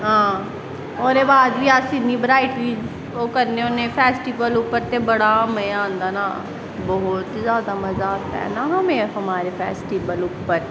हां ओह्दे बाद बी अस इन्नी बराईटीस दी ओह् करने होने फैस्टिबल उप्पर ते बड़ा मज़ा आंदा ना बहुत मज़ा आंदा है ना हमें हमारे फैस्टीवलों पर